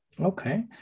Okay